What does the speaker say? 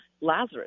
Lazarus